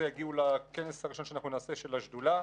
יגיעו לכנס הראשון שאנחנו נעשה של השדולה.